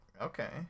okay